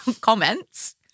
comments